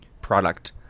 product